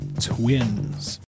twins